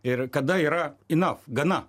ir kada yra enough gana